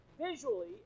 visually